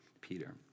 Peter